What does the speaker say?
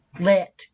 let